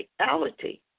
reality